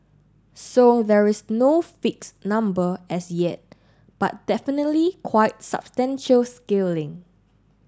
so there is no fixed number as yet but definitely quite substantial scaling